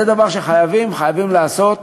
זה דבר שחייבים חייבים לעשות.